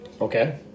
Okay